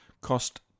cost